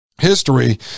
history